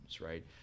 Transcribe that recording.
right